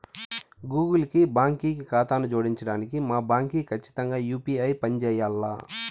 Google కి బాంకీ కాతాను జోడించడానికి మా బాంకీ కచ్చితంగా యూ.పీ.ఐ పంజేయాల్ల